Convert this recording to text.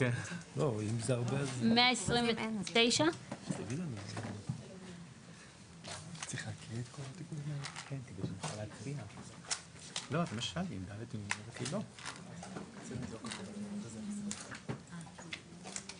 עמוד 129. אוקיי,